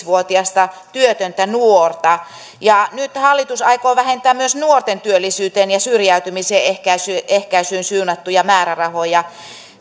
vuotiasta työtöntä nuorta ja nyt hallitus aikoo vähentää myös nuorten työllisyyteen ja syrjäytymisen ehkäisyyn ehkäisyyn suunnattuja määrärahoja